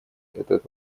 этот